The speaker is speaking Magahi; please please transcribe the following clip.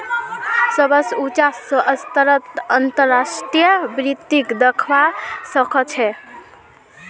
सबस उचा स्तरत अंतर्राष्ट्रीय वित्तक दखवा स ख छ